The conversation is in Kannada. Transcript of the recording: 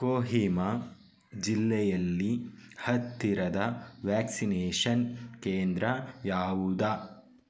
ಕೋಹಿಮಾ ಜಿಲ್ಲೆಯಲ್ಲಿ ಹತ್ತಿರದ ವ್ಯಾಕ್ಸಿನೇಷನ್ ಕೇಂದ್ರ ಯಾವುದು